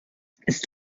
ist